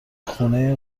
خونه